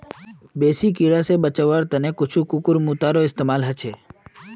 बेसी कीरा स बचवार त न कुछू कुकुरमुत्तारो इस्तमाल ह छेक